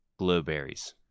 Glowberries